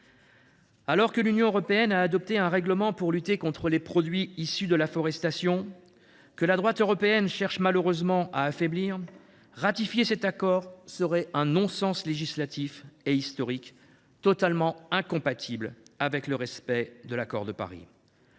Alors que l’Union européenne a adopté un règlement pour lutter contre les produits issus de la déforestation, que la droite européenne cherche malheureusement à affaiblir, ratifier cet accord serait un non sens législatif et historique, totalement incompatible avec le respect de l’accord de Paris.